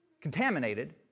contaminated